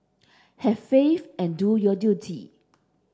have faith and do your duty